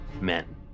men